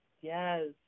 Yes